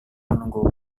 menunggu